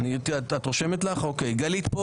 גלית כאן.